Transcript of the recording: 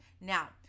now